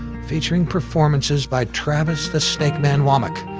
featuring performances by travis the snakeman wammack,